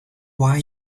why